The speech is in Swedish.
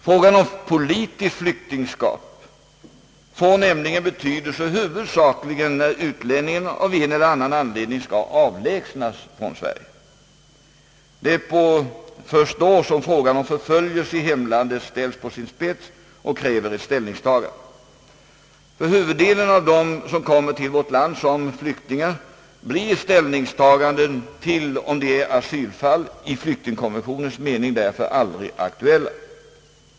Frågan om politiskt flyktingskap får nämligen betydelse huvudsakligen när utlänningen av en eller annan anledning skall avlägsnas från Sverige. Det är först då som frågan om förföljelse i hemlandet ställs på sin spets och kräver ett ställningstagande. För huvuddelen av dem som kommer till vårt land som flyktingar blir ställningstaganden till om det är asylfall i flyktingkonventionens mening därför aldrig aktuella.